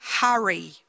hurry